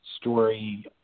story